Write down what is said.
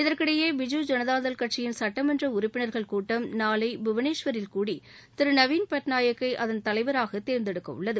இதற்கிடையே பிஜூ ஜனதாதள் கட்சியிள் சட்டமன்ற உறுப்பினர்கள் கூட்டம் நாளை புவனேஸ்வரில் கூடி திரு நவின் பட்நாயக்கை அதன் தலைவராக தேர்ந்தெடுக்கவுள்ளது